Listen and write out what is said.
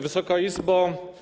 Wysoka Izbo!